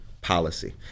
policy